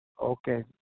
Okay